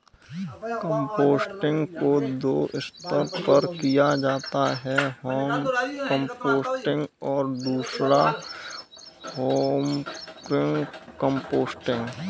composting को दो स्तर पर किया जाता है होम कंपोस्टिंग और दूसरा औद्योगिक कंपोस्टिंग